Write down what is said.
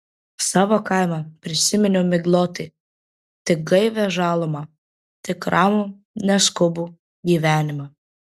savo kaimą prisiminiau miglotai tik gaivią žalumą tik ramų neskubų gyvenimą